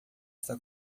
está